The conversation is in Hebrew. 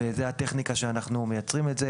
וזוהי הטכניקה בה אנו מייצרים את זה.